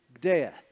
death